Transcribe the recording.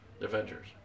Avengers